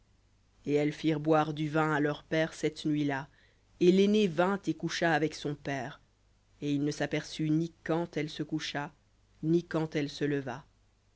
et elles firent boire du vin à leur père cette nuit-là et l'aînée vint et coucha avec son père et il ne s'aperçut ni quand elle se coucha ni quand elle se leva